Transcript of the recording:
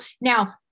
now